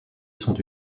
sont